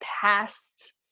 past